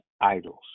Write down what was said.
idols